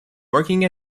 working